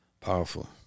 Powerful